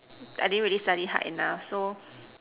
I didn't really study hard enough so